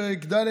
פרק ד',